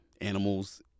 animals